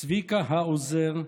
צביקה האוזר,